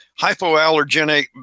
hypoallergenic